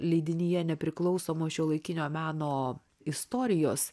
leidinyje nepriklausomo šiuolaikinio meno istorijos